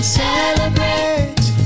celebrate